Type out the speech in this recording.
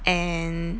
and